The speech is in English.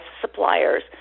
suppliers